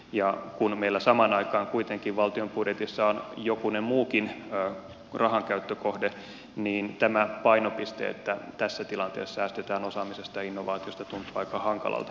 ja kun meillä samaan aikaan kuitenkin valtion budjetissa on jokunen muukin rahan käyttökohde niin tämä painopiste että tässä tilanteessa säästetään osaamisesta ja innovaatioista tuntuu aika hankalalta